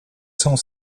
cents